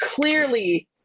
clearly